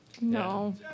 No